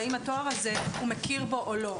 והאם הוא מכיר בו או לא.